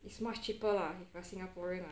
it's much cheaper lah for singaporean lah